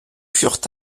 furent